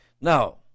Now